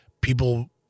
people